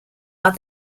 are